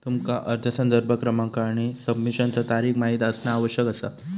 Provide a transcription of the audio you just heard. तुमका अर्ज संदर्भ क्रमांक आणि सबमिशनचा तारीख माहित असणा आवश्यक असा